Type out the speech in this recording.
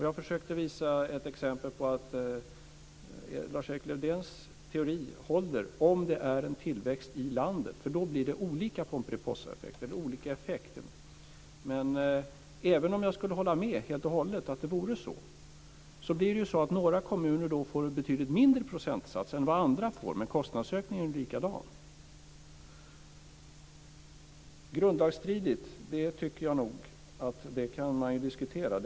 Jag försökte visa ett exempel på att Lars-Erik Lövdéns teori håller om det är en tillväxt i landet, för då blir det olika effekter. Men även om jag helt och hållet skulle hålla med om att det var så, måste jag säga att det blir så att några kommuner får en betydligt mindre procentsats än andra, men kostnadsökningen blir likadan. Om förslaget är grundlagsstridigt tycker jag kan diskuteras.